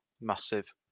Massive